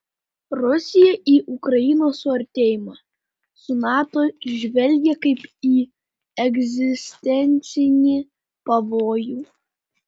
rusiją į ukrainos suartėjimą su nato žvelgia kaip į egzistencinį pavojų